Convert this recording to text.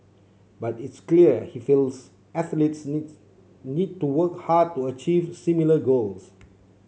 but it's clear he feels athletes needs need to work hard to achieve similar goals